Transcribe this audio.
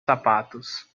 sapatos